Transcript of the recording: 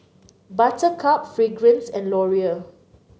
Buttercup Fragrance and Laurier